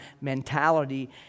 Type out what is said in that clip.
mentality